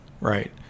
right